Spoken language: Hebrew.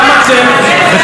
שאלתי איפה אתה גר.